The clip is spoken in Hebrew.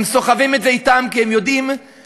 הם סוחבים את זה אתם כי הם יודעים שהם